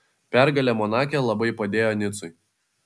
pergalė monake labai padėjo nicui